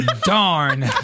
Darn